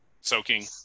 soaking